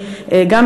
סביבתי,